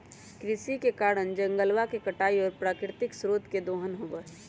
कृषि के कारण जंगलवा के कटाई और प्राकृतिक स्रोत के दोहन होबा हई